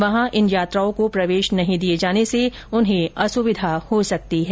वहां इन यात्राओं को प्रवेश नहीं दिए जाने से उन्हें असुविधा हो सकती है